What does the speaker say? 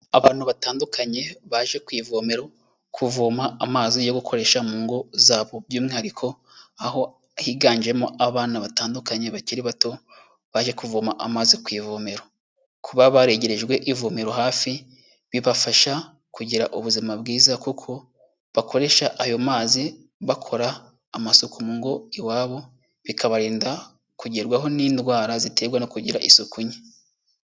Abantu batandukanye baje kwivomera, kuvoma amazi yo gukoresha mu ngo zabo, by'umwihariko aho higanjemo abana batandukanye bakiri bato, baje kuvoma amazi kwivomero. Kuba baregerejwe ivomero hafi, bibafasha kugira ubuzima bwiza, kuko bakoresha ayo mazi bakora amasuku mu ngo iwabo bikabarinda kugerwaho n'indwara ziterwa no kugira isuku nke.